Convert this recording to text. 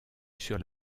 sur